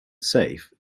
safe